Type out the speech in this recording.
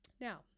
Now